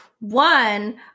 One